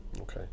Okay